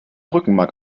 rückenmark